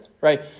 right